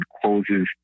closes